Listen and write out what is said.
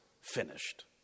finished